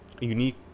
unique